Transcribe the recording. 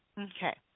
Okay